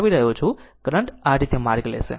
current આ રીતે માર્ગ લેશે